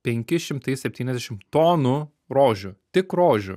penki šimtai septyniasdešim tonų rožių tik rožių